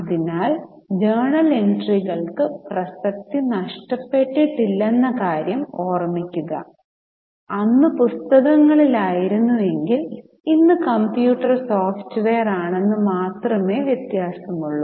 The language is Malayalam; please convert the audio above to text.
അതിനാൽ ജേണൽ എൻട്രികൾക്ക് പ്രസക്തി നഷ്ടപ്പെട്ടിട്ടില്ലെന്ന കാര്യം ഓർമ്മിക്കുക അന്ന് പുസ്തകങ്ങളിൽ ആയിരുന്നെങ്കിൽ ഇന്ന് കമ്പ്യൂട്ടർ സോഫ്റ്റ്വെയർ ആണെന്ന് മാത്രമേ വ്യത്യാസം ഉള്ളു